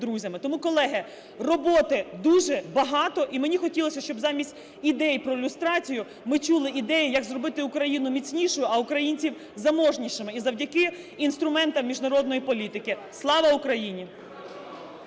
Тому, колеги, роботи дуже багато. І мені б хотілося, щоб замість ідеї про люстрацію ми чули ідеї, як зробити Україну міцнішою, а українців заможнішими і завдяки інструментам міжнародної політики. Слава Україні!